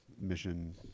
mission